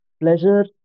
Pleasure